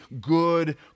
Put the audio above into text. good